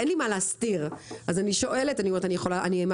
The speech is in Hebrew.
אין לי מה להסתיר אז אני שואלת אז אני מאחרת,